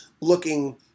looking